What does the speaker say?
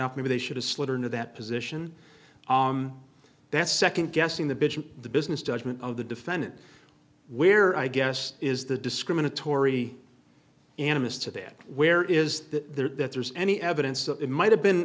off maybe they should have slid into that position that second guessing the bijan the business judgment of the defendant where i guess is the discriminatory animus to them where is that there's any evidence that it might have been